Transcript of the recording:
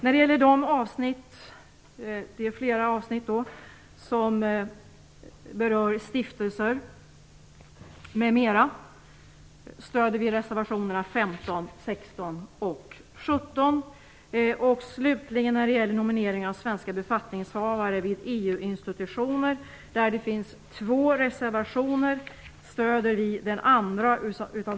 I fråga om det avsnitt som behandlar nomineringen av svenska befattningshavare vid EU-institutioner finns två reservationer. Vi stöder den andra av dessa reservationer, dvs. nr 19, som är en fp-, v och mpreservation, som vi finner balanserad och väl avvägd. Reservationen slutar med denna mening: "Det borde enligt utskottets mening ha gett anledning till större varsamhet vid nomineringarna."